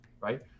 right